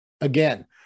again